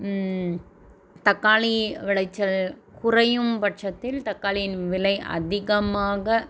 தக்காளி விளைச்சல் குறையும் பட்சத்தில் தக்காளியின் விலை அதிகமாக